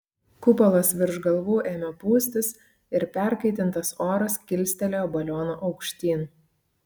kupolas virš galvų ėmė pūstis ir perkaitintas oras kilstelėjo balioną aukštyn